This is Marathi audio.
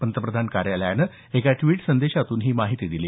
पंतप्रधान कार्यालयानं एका ट्विट संदेशातून ही माहिती दिली